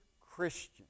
Christian